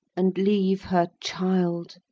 and leave her child!